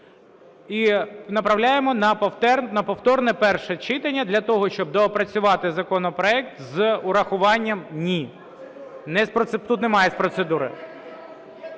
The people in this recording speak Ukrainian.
І направляємо на повторне перше читання для того, щоб доопрацювати законопроект з урахуванням... Ні, тут немає з процедури.